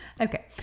Okay